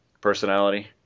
personality